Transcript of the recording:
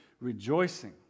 rejoicing